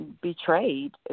betrayed